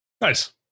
Nice